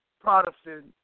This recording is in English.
Protestant